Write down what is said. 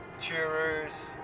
cheerers